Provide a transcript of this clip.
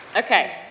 Okay